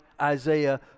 Isaiah